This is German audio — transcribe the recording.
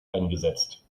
eingesetzt